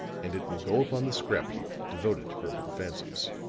and it will go upon the scrap heap devoted to broken fancies.